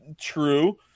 true